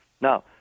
Now